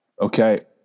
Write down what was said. Okay